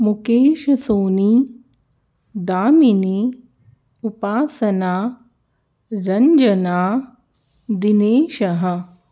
मुकेशसोनी दामिनी उपासना रञ्जना दिनेशः